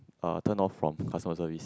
uh turned off from customer service